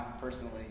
personally